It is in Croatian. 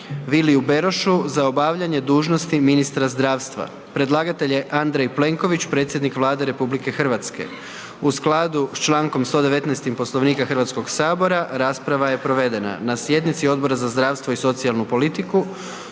Viliju Berošu za obavljanje dužnosti ministra zdravstva. Predlagatelj je Andrej Plenković, predsjednik Vlade RH. U skladu s čl. 119. Poslovnika HS-a rasprava je provedena. Na sjednici Odbora za zdravstvo i socijalnu politiku,